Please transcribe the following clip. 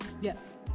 yes